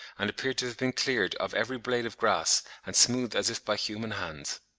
and appeared to have been cleared of every blade of grass and smoothed as if by human hands.